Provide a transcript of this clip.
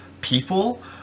people